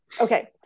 Okay